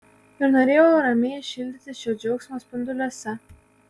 ir norėjau ramiai šildytis šio džiaugsmo spinduliuose